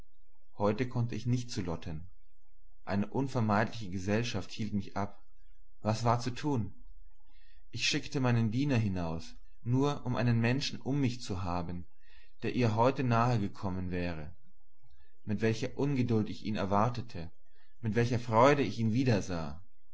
heute konnte ich nicht zu lotten eine unvermeidliche gesellschaft hielt mich ab was war zu tun ich schickte meinen diener hinaus nur um einen menschen um mich zu haben der ihr heute nahe gekommen wäre mit welcher ungeduld ich ihn erwartete mit welcher freude ich ihn wiedersah